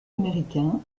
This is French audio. américain